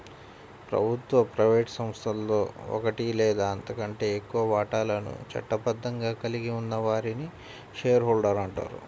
ప్రభుత్వ, ప్రైవేట్ సంస్థలో ఒకటి లేదా అంతకంటే ఎక్కువ వాటాలను చట్టబద్ధంగా కలిగి ఉన్న వారిని షేర్ హోల్డర్ అంటారు